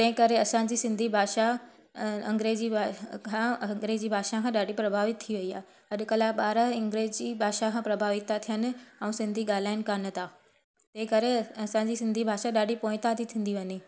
तंहिं करे असांजी सिंधी भाषा अंग्रेज़ी भाषा अ घणा अंग्रेज़ी भाषा खां ॾाढी प्रभावित थी वई आहे अॼुकल्ह जा ॿार अंग्रेजी भाषा खां प्रभावित था थियनि अऊं सिंधी ॻाल्हाइनि कोन था इहे करे असांजी सिंधी भाषा ॾाढी पोइ ता थी थींदी वञे